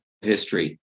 history